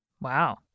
Wow